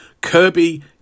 Kirby